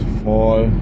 fall